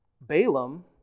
Balaam